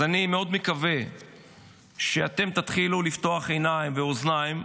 אז אני מאוד מקווה שאתם תתחילו לפתוח עיניים ואוזניים,